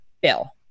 bill